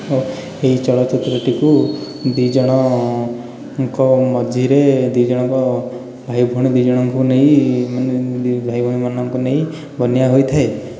ଏହି ଚଳଚ୍ଚିତ୍ରଟିକୁ ଦୁଇ ଜଣଙ୍କ ମଝିରେ ଦୁଇ ଜଣଙ୍କ ଭାଇ ଭଉଣୀ ଦୁଇ ଜଣଙ୍କୁ ନେଇ ମାନେ ଭାଇ ଭଉଣୀମାନଙ୍କୁ ନେଇ ବନିଆ ହୋଇଥାଏ